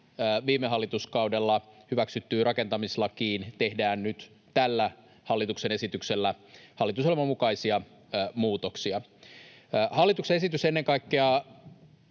viime hallituskaudella hyväksyttyyn rakentamislakiin tehdään nyt tällä hallituksen esityksellä hallitusohjelman mukaisia muutoksia. Hallituksen esitys ennen kaikkea